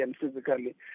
physically